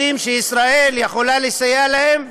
יודעות יכולה לסייע להם.